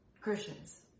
Christians